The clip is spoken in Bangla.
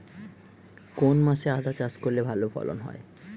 কোন মাসে আদা চাষ করলে ভালো ফলন হয়?